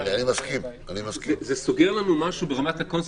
שזה נהיה עניין של רפובליקנים מול דמוקרטים אם זה טוב לעטות מסיכה,